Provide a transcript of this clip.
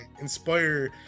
inspire